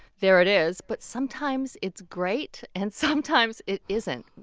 there it is. but sometimes it's great. and sometimes it isn't.